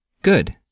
Good